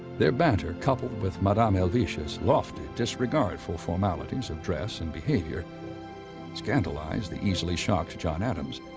their banter, coupled with madame helvetius' lofty disregard for formalities of dress and behavior scandalized the easily shocked john adams.